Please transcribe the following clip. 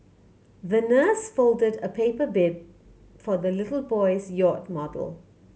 the nurse folded a paper bid for the little boy's yacht model